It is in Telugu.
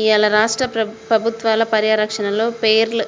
ఇయ్యాల రాష్ట్ర పబుత్వాల పర్యారక్షణలో పేర్ల్